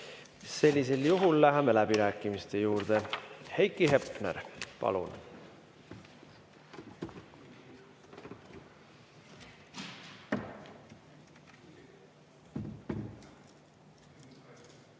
Sellisel juhul läheme läbirääkimiste juurde. Heiki Hepner, palun!